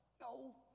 no